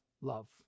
love